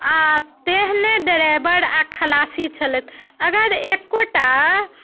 आ तेहने ड्राइवर आ खलासी छलथि अगर एकोटा